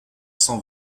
cent